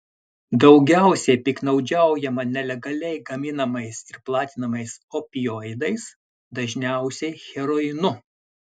daugiausiai piktnaudžiaujama nelegaliai gaminamais ir platinamais opioidais dažniausiai heroinu